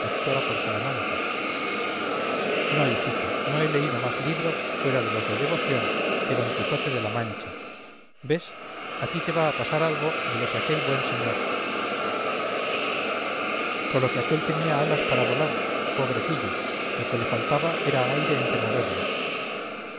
doctora por salamanca no hijito no he leído más libros fuera de los de devoción que d quijote de la mancha ves a ti te va a pasar algo de lo de aquel buen señor sólo que aquél tenía alas para volar pobrecillo lo que le faltaba era aire en que moverlas